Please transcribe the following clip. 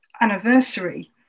anniversary